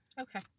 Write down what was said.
Okay